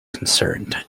concerned